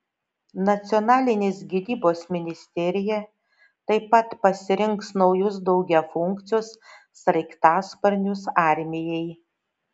nacionalinės gynybos ministerija taip pat pasirinks naujus daugiafunkcius sraigtasparnius armijai